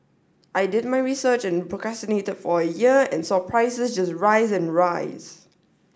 I did my research and procrastinated for a year and saw prices just rise and rise